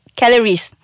calories